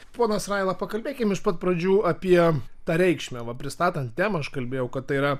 ponas raila pakalbėkim iš pat pradžių apie tą reikšmę va pristatant temą aš kalbėjau kad tai yra